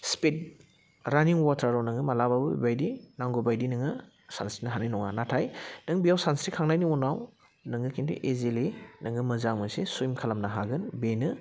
speed रानिं अवाटाराव नोङो मालाबाबो बेबायदि नांगौबायदि नोङो सानस्रिनो हानाय नङा नाथाय नों बेयाव सानस्रिखांनायनि उनाव नोङो खिन्थु इजिलि नोङो मोजां मोनसे सुइम खालामनो हागोन बेनो